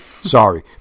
Sorry